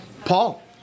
Paul